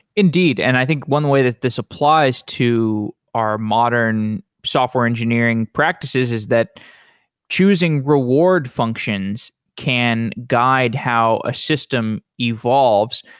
indeed, and i think one way this applies to our modern software engineering practices is that choosing reward functions can guide how a system evolves.